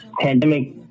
pandemic